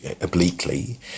obliquely